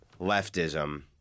leftism